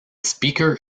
speaker